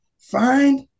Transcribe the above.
Find